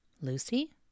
Lucy